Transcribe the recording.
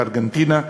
לארגנטינה.